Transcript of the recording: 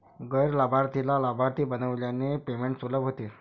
गैर लाभार्थीला लाभार्थी बनविल्याने पेमेंट सुलभ होते